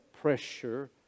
pressure